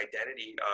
identity